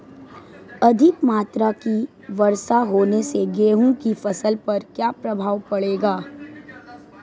अधिक मात्रा की वर्षा होने से गेहूँ की फसल पर क्या प्रभाव पड़ेगा?